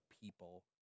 people